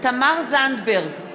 תמר זנדברג,